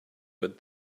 but